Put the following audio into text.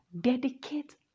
dedicate